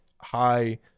high